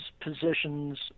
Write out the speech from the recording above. positions